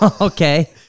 okay